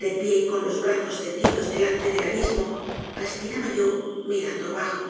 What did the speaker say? de pie y con los brazos tendidos delante del abismo respiraba yo mirando abajo